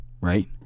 right